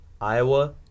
Iowa